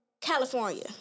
California